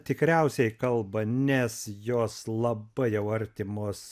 tikriausiai kalba nes jos labai jau artimos